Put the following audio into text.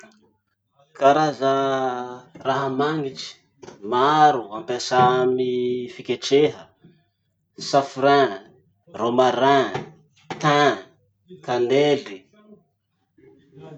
Karaza raha magnitry maro ampiasa amy fiketreha: safrin, romarin, tin, cannelle.